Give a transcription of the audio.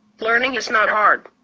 learning is not hard.